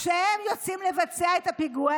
כשהם יוצאים לבצע את הפיגוע,